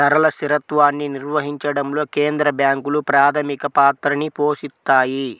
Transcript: ధరల స్థిరత్వాన్ని నిర్వహించడంలో కేంద్ర బ్యాంకులు ప్రాథమిక పాత్రని పోషిత్తాయి